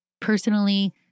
Personally